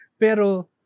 Pero